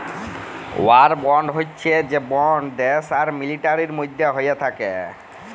war bond হচ্যে সে bond দ্যাশ আর মিলিটারির মধ্যে হ্য়েয় থাক্যে